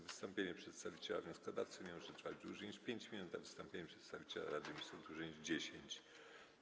Wystąpienie przedstawiciela wnioskodawców nie może trwać dłużej niż 5 minut, a wystąpienie przedstawiciela Rady Ministrów - dłużej niż 10 minut.